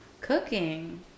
Cooking